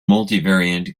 multivariate